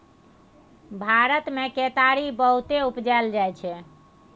भारत मे केतारी बहुते उपजाएल जाइ छै